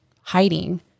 hiding